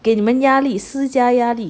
给你们压力施加压力对